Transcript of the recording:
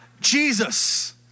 Jesus